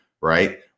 right